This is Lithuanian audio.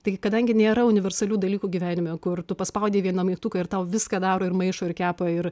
tai kadangi nėra universalių dalykų gyvenime kur tu paspaudei vieną mygtuką ir tau viską daro ir maišo ir kepa ir